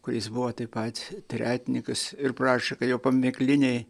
kuris buvo taip pat tretinikas ir prašė kad jo paminklinėj